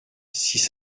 six